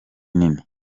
nini